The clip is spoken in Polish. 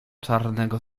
czarnego